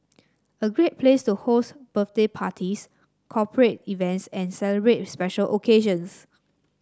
a great place to host birthday parties corporate events and celebrate special occasions